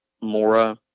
Mora